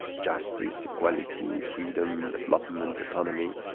justice, equality, freedom, development, autonomy,